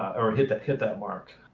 or hit that hit that mark.